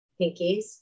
pinkies